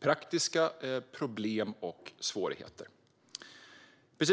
praktiska problem och svårigheter.